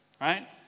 Right